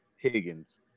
Higgins